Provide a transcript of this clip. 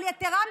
אבל יתרה מזו,